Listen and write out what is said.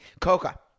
Coca